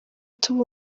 tube